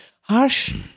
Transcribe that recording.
harsh